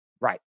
Right